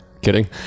kidding